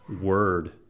word